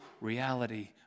reality